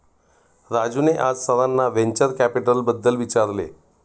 राजूने आज सरांना व्हेंचर कॅपिटलबद्दल विचारले